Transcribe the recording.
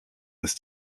ist